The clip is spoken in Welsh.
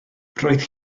roedd